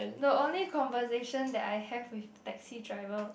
the only conversation that I have with taxi driver